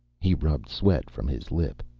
he rubbed sweat from his lip.